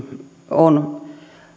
on